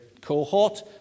cohort